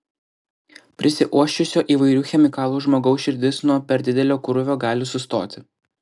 prisiuosčiusio įvairių chemikalų žmogaus širdis nuo per didelio krūvio gali sustoti